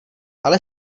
ale